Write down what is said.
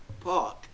park